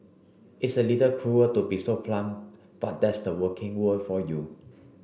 it's a little cruel to be so blunt but that's the working world for you